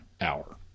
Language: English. hour